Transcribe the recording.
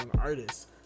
artists